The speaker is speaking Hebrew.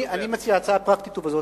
אני מציע הצעה פרקטית, ובזאת